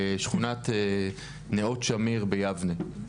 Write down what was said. בשכונת נאות שמיר ביבנה.